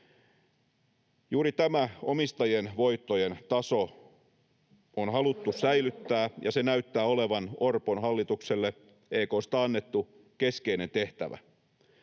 Juuri tämä omistajien voittojen taso on haluttu säilyttää, ja se näyttää olevan Orpon hallitukselle EK:sta annettu keskeinen tehtävä.